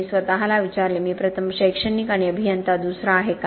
मी स्वतःला विचारले मी प्रथम शैक्षणिक आणि अभियंता दुसरा आहे का